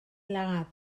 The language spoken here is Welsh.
ladd